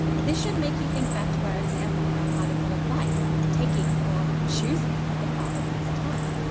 this should make you think back to our example of our particle of light taking or choosing the path of least time.